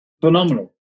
Phenomenal